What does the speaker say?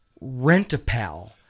Rent-A-Pal